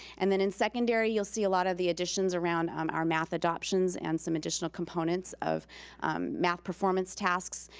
and then in secondary, you'll see a lot of the additions around our math adoptions and some additional components of math performance tasks.